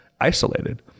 isolated